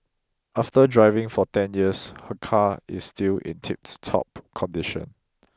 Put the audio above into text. after driving for ten years her car is still in tiptop condition